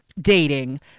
dating